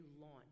launch